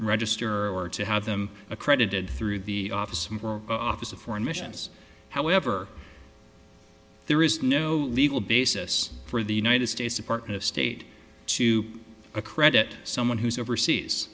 register or to have them accredited through the office of office of foreign missions however there is no legal basis for the united states department of state choop accredit someone who's overseas